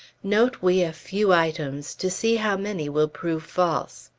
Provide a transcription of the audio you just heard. note we a few items, to see how many will prove false.